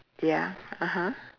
ya (uh huh)